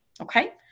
okay